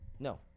No